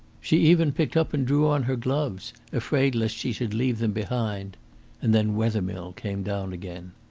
she even picked up and drew on her gloves, afraid lest she should leave them behind and then wethermill came down again.